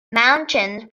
mountains